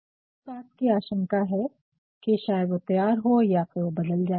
तो इस बात की आशंका है कि शायद वह तैयार हो और या फिर वह बदल जाए